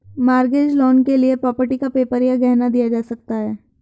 mortgage loan के लिए property का पेपर या गहना दिया जा सकता है